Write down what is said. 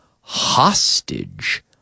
hostage